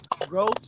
growth